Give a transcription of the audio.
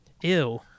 Ew